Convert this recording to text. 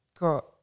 got